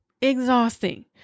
Exhausting